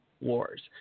Wars